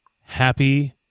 happy